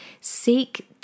Seek